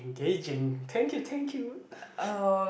engaging thank you thank you